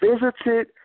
visited